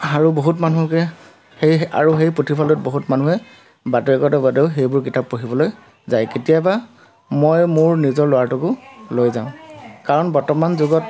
আৰু বহুত মানুহকে সেই আৰু সেই পুথিভঁড়ালটোত বহুত মানুহে বাতৰিকাকতৰ বাদেও সেইবোৰ কিতাপ পঢ়িবলৈ যায় কেতিয়াবা মই মোৰ নিজৰ ল'ৰাটোকো লৈ যাওঁ কাৰণ বৰ্তমান যুগত